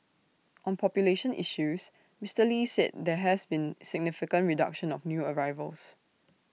on population issues Mister lee said there has been significant reduction of new arrivals